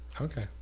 Okay